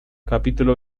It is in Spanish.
capítulo